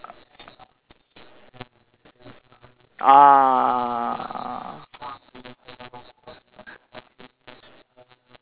ah